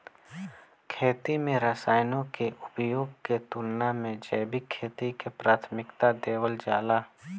खेती में रसायनों के उपयोग के तुलना में जैविक खेती के प्राथमिकता देवल जाला